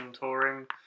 touring